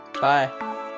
Bye